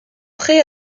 prêt